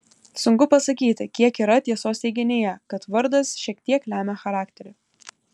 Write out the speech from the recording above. sunku pasakyti kiek yra tiesos teiginyje kad vardas šiek tiek lemia charakterį